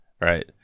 right